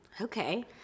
okay